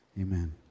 Amen